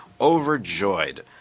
overjoyed